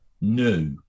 new